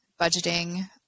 budgeting